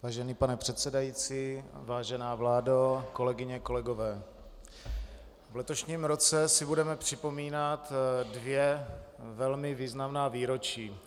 Vážený pane předsedající, vážená vládo, kolegyně, kolegové, v letošním roce si budeme připomínat dvě velmi významná výročí.